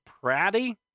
Pratty